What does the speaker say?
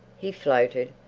he floated,